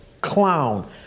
clown